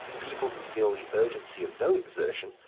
people who feel the urgency of no exertion,